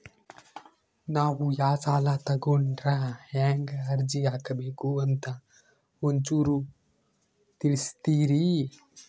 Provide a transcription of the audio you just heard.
ನಾವು ಯಾ ಸಾಲ ತೊಗೊಂಡ್ರ ಹೆಂಗ ಅರ್ಜಿ ಹಾಕಬೇಕು ಅಂತ ಒಂಚೂರು ತಿಳಿಸ್ತೀರಿ?